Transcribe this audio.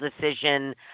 decision